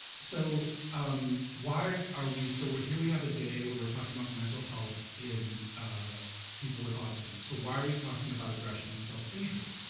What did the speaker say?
so um why are we so here we have a day where we're talking about mental health in people with autism so why are we talking about aggression and self-injury?